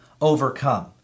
overcome